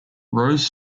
rose